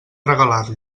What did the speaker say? regalar